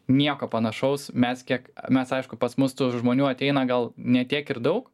nieko panašaus mes kiek mes aišku pas mus tų žmonių ateina gal ne tiek ir daug